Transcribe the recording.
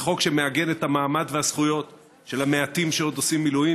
זה חוק שמאגד את המעמד והזכויות של המעטים שעוד עושים מילואים.